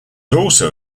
also